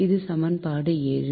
இது சமன்பாடு 7